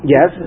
Yes